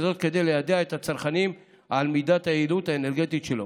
וזאת כדי ליידע את הצרכנים על מידת היעילות האנרגטית שלו,